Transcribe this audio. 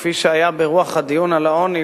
כפי שהיה ברוח הדיון על העוני,